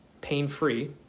pain-free